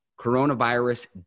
coronavirus